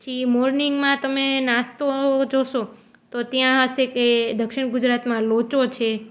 પછી મોર્નિંગમાં તમે નાસ્તો જોશો તો ત્યાં હશે કે દક્ષિણ ગુજરાતમાં લોચો છે